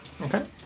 Okay